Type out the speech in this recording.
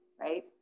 right